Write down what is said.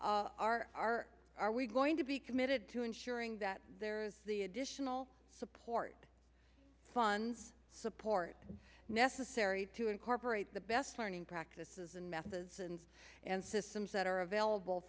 a are are we going to be committed to ensuring that there is the additional support funds support necessary to incorporate the best learning practices in masses and and systems that are available